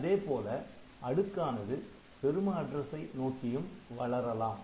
அதேபோல அடுக்கானது பெரும அட்ரசை நோக்கியும் வளரலாம்